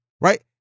Right